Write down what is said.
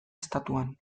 estatuan